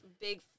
big